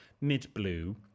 mid-blue